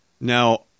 now